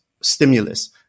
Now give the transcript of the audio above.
stimulus